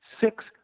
Six